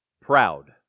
proud